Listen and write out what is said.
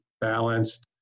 balanced